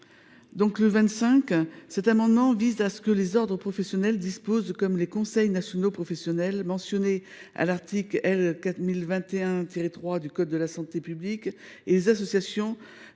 Guidez. Cet amendement vise à ce que les ordres professionnels disposent, comme les conseils nationaux professionnels mentionnés à l’article L. 4021 3 du code de la santé publique et les associations